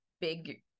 big